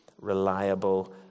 reliable